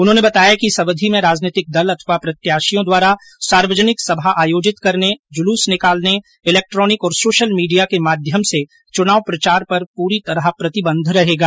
उन्होंने बताया कि इस अवधि में राजनीतिक दल अथवा प्रत्याशियों द्वारा सार्वजनिक सभा आयोजित करने जुलूस निकालने इलेक्ट्रॉनिक और सोशल मीडिया के माध्यम से चुनाव प्रचार पर पूरी तरह प्रतिबंध रहेगा